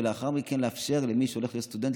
ולאחר מכן לאפשר למי שהולך להיות סטודנט